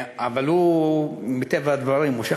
אבל הוא,